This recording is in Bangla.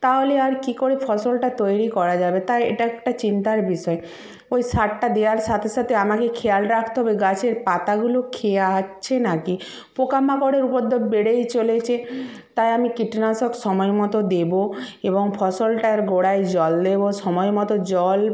তাহলে আর কী করে ফসলটা তৈরি করা যাবে তাই এটা একটা চিন্তার বিষয় ওই সারটা দেওয়ার সাথে সাথে আমাকে খেয়াল রাখতে হবে গাছের পাতাগুলো খেয়া আসছে না কি পোকা মাকড়ের উপদ্রব বেড়েই চলেছে তাই আমি কীটনাশক সময় মতো দেবো এবং ফসলটার গোড়ায় জল দেবো সময় মতো জল